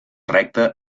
recta